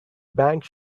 bank